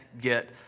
get